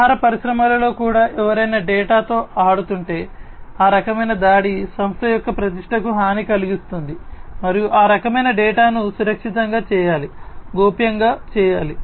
ఆహార పరిశ్రమలలో కూడా ఎవరైనా డేటాతో ఆడుతుంటే ఆ రకమైన దాడి సంస్థ యొక్క ప్రతిష్టకు హాని కలిగిస్తుంది మరియు ఆ రకమైన డేటాను సురక్షితంగా చేయాలి గోప్యంగా చేయాలి